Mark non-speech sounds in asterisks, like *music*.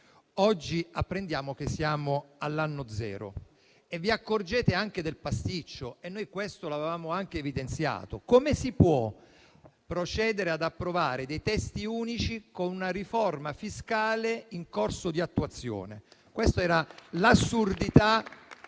Oggi apprendiamo che siamo all'anno zero. Vi accorgete anche del pasticcio, che noi avevamo evidenziato. Come si può procedere ad approvare dei testi unici con una riforma fiscale in corso di attuazione? *applause* Questa era l'assurdità,